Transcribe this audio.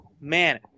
man